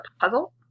puzzle